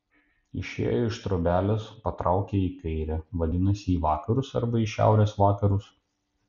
išėjo iš trobelės patraukė į kairę vadinasi į vakarus arba šiaurės vakarus